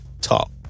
talk